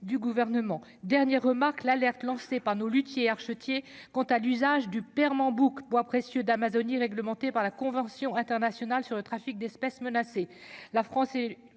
du gouvernement dernière remarque l'alerte lancée par nos Lussier Arche Thiais quant à l'usage du Pernambouc, bois précieux d'Amazonie réglementée par la convention internationale sur le trafic d'espèces menacées : la France est